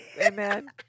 Amen